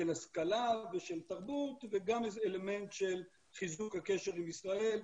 השכלה ושל תרבות וגם אלמנט של חיזוק הקשר עם ישראל.